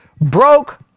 broke